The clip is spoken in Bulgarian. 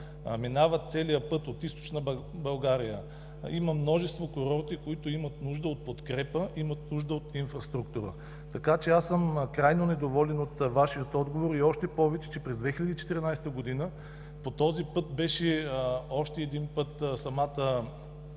минава целият път от Източна България, има множество курорти, които имат нужда от подкрепа, имат нужда от инфраструктура. Така че аз съм крайно недоволен от Вашият отговор и още повече, че през 2014 г. този път беше актуализиран,